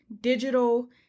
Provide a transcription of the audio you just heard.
Digital